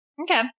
Okay